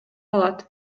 алат